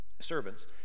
servants